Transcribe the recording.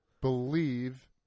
believe